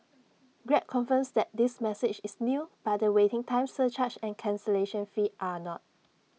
grab confirms that this message is new but the waiting time surcharge and cancellation fee are not